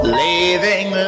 leaving